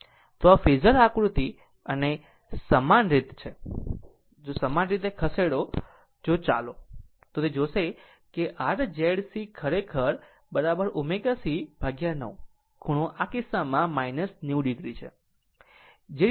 તો આ ફેઝર આકૃતિ અને સમાન રીત છે જો સમાન રીતે ખસેડો જો ચાલો તે જોશે કે r Z C ખરેખર ω C9 ખૂણો આ કિસ્સામાં 90 o છે